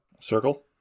Circle